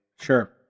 Sure